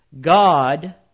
God